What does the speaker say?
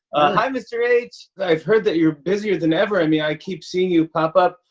hi, mr h! i've heard that you're busier than ever. i mean, i keep seeing you pop up.